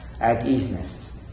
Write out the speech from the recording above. at-easeness